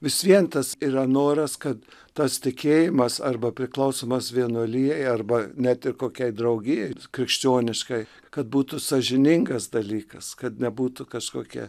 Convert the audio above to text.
vis vien tas yra noras kad tas tikėjimas arba priklausymas vienuolijai arba net ir kokiai draugijai krikščioniškai kad būtų sąžiningas dalykas kad nebūtų kažkokia